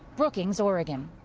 brookings, oregon.